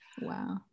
Wow